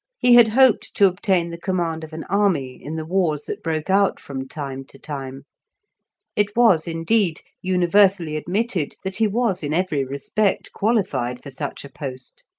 he had hoped to obtain the command of an army in the wars that broke out from time to time it was, indeed, universally admitted that he was in every respect qualified for such a post.